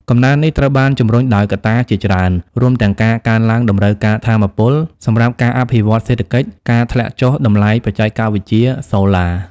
កំណើននេះត្រូវបានជំរុញដោយកត្តាជាច្រើន រួមទាំងការកើនឡើងតម្រូវការថាមពល សម្រាប់ការអភិវឌ្ឍសេដ្ឋកិច្ច ការធ្លាក់ចុះតម្លៃបច្ចេកវិទ្យាសូឡា។